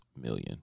million